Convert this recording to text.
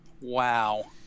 Wow